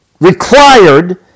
required